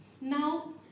Now